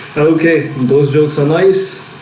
okay, those jokes are nice